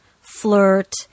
flirt